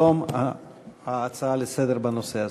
בתום ההצעות לסדר-היום בנושא הזה.